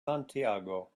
santiago